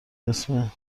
اسم